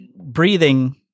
breathing